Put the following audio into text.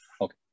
Okay